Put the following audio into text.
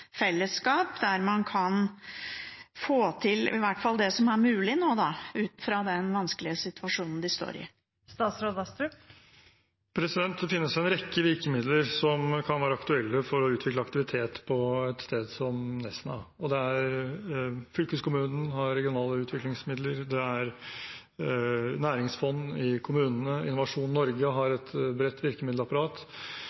fellesskap, der man kan få til i hvert fall det som er mulig ut fra den vanskelige situasjonen de står i? Det finnes en rekke virkemidler som kan være aktuelle for å utvikle aktivitet på et sted som Nesna. Fylkeskommunen har regionale utviklingsmidler, det er næringsfond i kommunene, Innovasjon Norge har